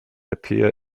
appear